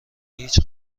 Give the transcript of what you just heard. هیچ